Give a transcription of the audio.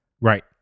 Right